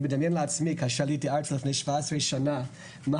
אני מדמיין לעצמי כשעליתי ארצה לפני 17 שנה מה